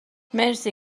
مرسی